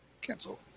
cancel